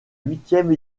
huitième